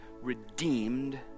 redeemed